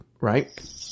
Right